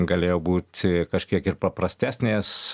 galėjo būti kažkiek ir paprastesnės